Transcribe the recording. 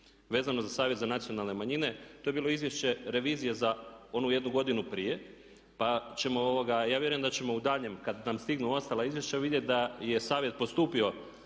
vezano za Savjet za nacionalne manjine to je bilo izvješće revizije za onu jednu godinu prije, pa ćemo, ja vjerujem da ćemo u daljnjem kad nam stignu ostala izvješća vidjet da je savjet postupio